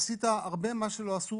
עשית הרבה, מה שלא עשו